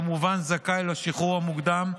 זכאי כמובן לשחרור המוקדם,